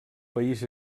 país